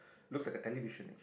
looks like a television